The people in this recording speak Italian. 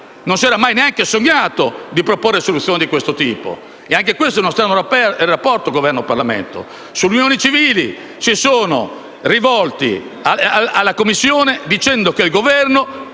non si era mai neanche sognata di proporre soluzioni di questo tipo. Anche questo è uno strano rapporto Governo-Parlamento. Sulle unioni civili si sono rivolti alla Commissione dicendo che il Governo